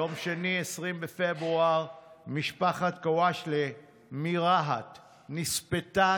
ביום שני 20 בפברואר משפחת קשאעלה מרהט נספתה